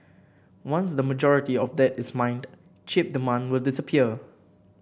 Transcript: once the majority of that is mined chip demand will disappear